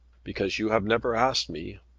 because you have never asked me.